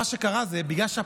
אני אסביר.